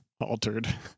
altered